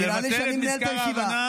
נראה לי שאני מנהל את הישיבה.